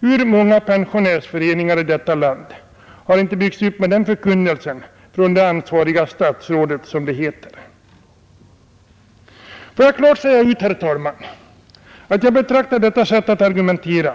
Hur många pensionärsföreningar har inte byggts upp med den förkunnelsen från det ansvariga statsrådet, som det heter? Får jag klart säga ut, herr talman, att jag betraktar detta sätt att argumentera